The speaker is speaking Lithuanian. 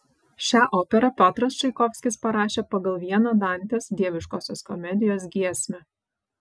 šią operą piotras čaikovskis parašė pagal vieną dantės dieviškosios komedijos giesmę